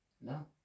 no